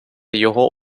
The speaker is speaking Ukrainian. його